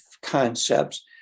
Concepts